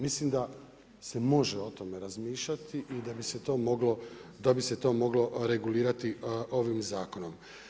Mislim da se može o tome razmišljati i da bi se to moglo, da bi se to moglo regulirati ovim zakonom.